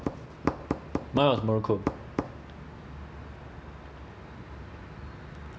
mine was morocco